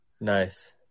Nice